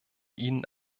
ihnen